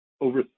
over